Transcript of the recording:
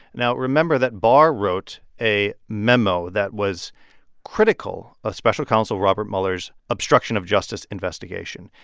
now, remember that barr wrote a memo that was critical of special counsel robert mueller's obstruction of justice investigation.